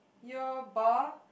your bar